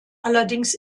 allerdings